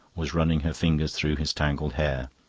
was running her fingers through his tangled hair.